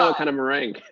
ah kind of meringue.